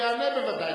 הוא בוודאי